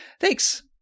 Thanks